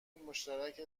مشترک